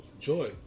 Joy